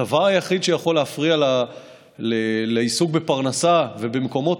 הדבר היחיד שיכול להפריע לעיסוק בפרנסה ובמקומות